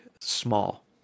small